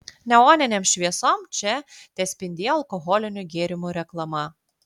neoninėm šviesom čia tespindėjo alkoholinių gėrimų reklama